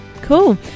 cool